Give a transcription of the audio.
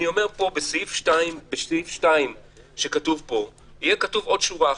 אני אומר שבסעיף 2 שכתוב פה יהיה כתוב עוד שורה אחת,